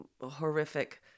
horrific